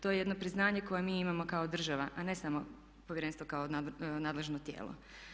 To je jedno priznanje koje mi imamo kao država a ne samo Povjerenstvo kao nadležno tijelo.